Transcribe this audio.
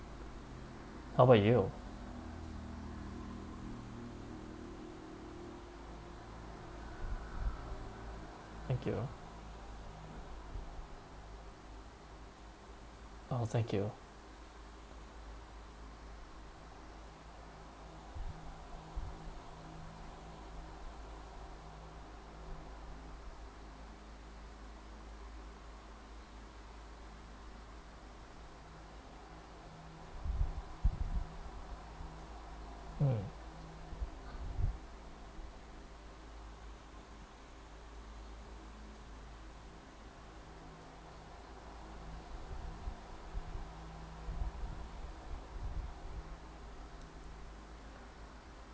how about you thank you oh thank you mm